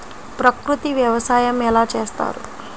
ప్రకృతి వ్యవసాయం ఎలా చేస్తారు?